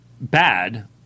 bad